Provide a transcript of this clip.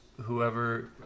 whoever